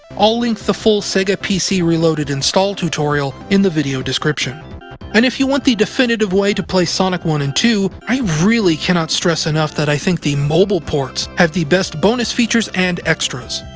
i'll link the full sega pc reloaded install tutorial in the video description. and if you want the definitive way to play sonic one and two, i really cannot stress enough that i think the mobile ports still have the best bonus features and extras.